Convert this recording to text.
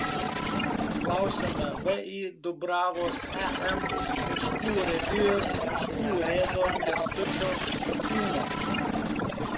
klausiame vį dubravos em miškų urėdijos miškų urėdo kęstučio šakūno